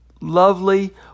lovely